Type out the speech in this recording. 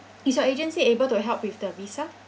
is your agency able to help with the visa